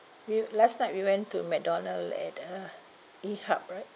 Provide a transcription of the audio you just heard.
we last night we went to mcdonald at uh E hub right